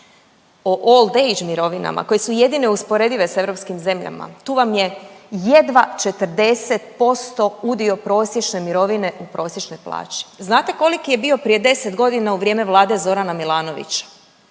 o old age mirovina koje su jedine usporedive sa europskim zemljama tu vam je jedva 40% udio prosječne mirovine u prosječnoj plaći. Znate koliki je bio prije 10 godina u vrijeme vlade Zorana Milanovića?